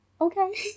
Okay